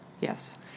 Yes